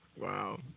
Wow